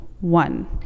One